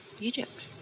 Egypt